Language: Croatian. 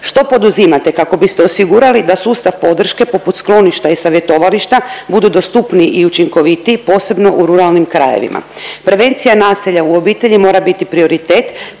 Što poduzimate kako biste osigurali da sustav podrške poput skloništa i savjetovališta budu dostupniji i učinkovitiji posebno u ruralnim krajevima? Prevencija nasilja u obitelji mora biti prioritet.